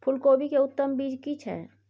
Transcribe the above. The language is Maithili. फूलकोबी के उत्तम बीज की छै?